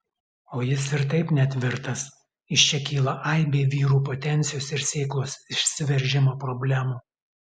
o jis ir taip netvirtas iš čia kyla aibė vyrų potencijos ir sėklos išsiveržimo problemų